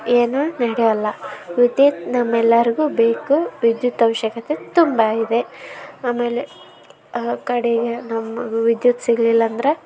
ಏನೂ ನಡೆಯೊಲ್ಲ ವಿದ್ಯುತ್ ನಮ್ಮ ಎಲ್ಲರ್ಗೂ ಬೇಕು ವಿದ್ಯುತ್ ಆವಶ್ಯಕತೆ ತುಂಬ ಇದೆ ಆಮೇಲೆ ಆ ಕಡೆಗೆ ನಮ್ಮ ವಿದ್ಯುತ್ ಸಿಗಲಿಲ್ಲ ಅಂದ್ರೆ